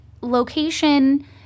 location